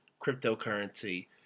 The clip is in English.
cryptocurrency